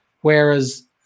whereas